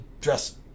dress